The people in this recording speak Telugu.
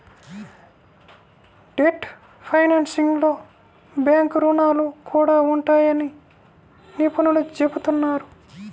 డెట్ ఫైనాన్సింగ్లో బ్యాంకు రుణాలు కూడా ఉంటాయని నిపుణులు చెబుతున్నారు